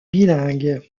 bilingue